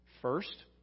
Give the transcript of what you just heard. First